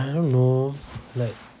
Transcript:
I don't know like